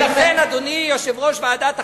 ולכן, אדוני יושב-ראש ועדת החוקה,